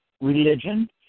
religion